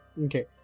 Okay